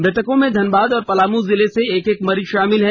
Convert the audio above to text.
मृतकों में धनबाद और पलामू जिले से एक एक मरीज शामिल हैं